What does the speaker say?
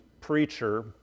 preacher